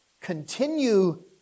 continue